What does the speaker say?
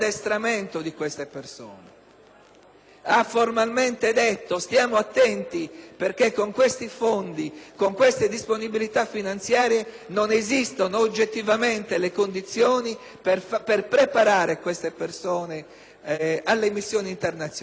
ha formalmente invitato a stare attenti, perché con questi fondi, con queste disponibilità finanziarie non esistono oggettivamente le condizioni per preparare queste persone alle missioni internazionali. Di questo non si è parlato.